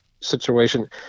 situation